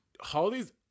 Holly's